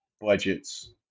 budgets